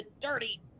dirty